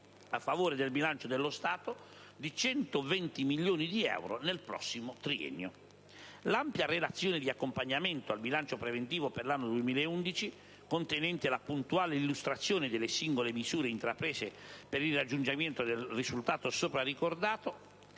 a favore del bilancio statale di 120 milioni di euro nel prossimo triennio. L'ampia relazione di accompagnamento al bilancio preventivo per l'anno 2011, contenente la puntuale illustrazione delle singole misure intraprese per il raggiungimento del risultato sopra ricordato,